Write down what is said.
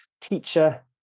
teacher